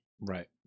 Right